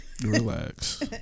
Relax